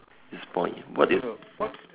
this point what is